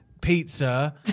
pizza